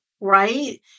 right